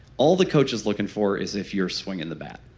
all the coach is looking for is if you're swinging the bat.